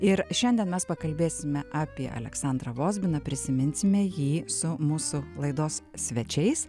ir šiandien mes pakalbėsime apie aleksandrą vozbiną prisiminsime jį su mūsų laidos svečiais